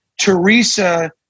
Teresa